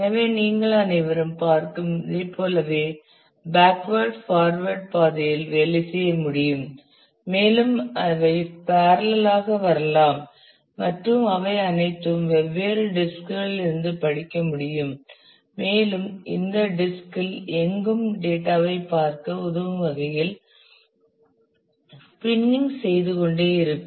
எனவே நீங்கள் அனைவரும் பார்க்கும் இதைப் போலவே பேக்வேர்ட் ஃபார்வர்ட் பாதையில் வேலை செய்ய முடியும் மேலும் அவை பேரலல் ஆக வரலாம் மற்றும் அவை அனைத்தும் வெவ்வேறு டிஸ்க் களிலிருந்து படிக்க முடியும் மேலும் இந்த டிஸ்க் இல் எங்கும் டேட்டா ஐ பார்க்க உதவும் வகையில் ஸ்பின்னிங் செய்து கொண்டே இருக்கும்